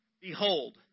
Behold